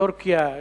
טורקיה,